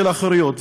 של החירויות.